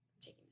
taking